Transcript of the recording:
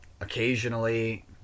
occasionally